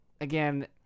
again